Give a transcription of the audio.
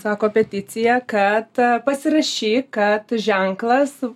sako peticiją kad pasirašyt kad ženklas